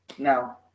No